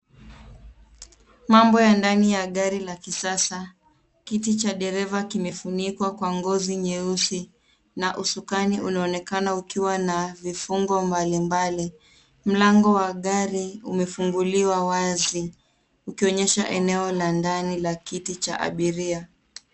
Mambo ya ndani ya gari la kisasa. Kiti cha dereva kimefunikwa kwa ngozi nyeusi na usukani unaonekana ukiwa na vifungo mbalimbali. Mlango wa gari umefunguliwa wazi ukionyesha eneo la ndani la kiti cha abiria.